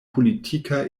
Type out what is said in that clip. politika